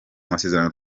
amasezerano